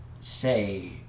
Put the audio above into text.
say